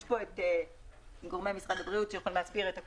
יש את גורמי משרד הבריאות שיוכלו להסביר את זה.